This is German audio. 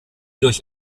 durch